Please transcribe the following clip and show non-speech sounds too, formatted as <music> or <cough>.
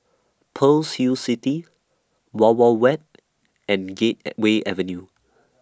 Pearl's Hill City Wild Wild Wet and Gate <hesitation> Way Avenue